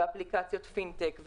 ואפליקציות פינטק,